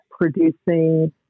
producing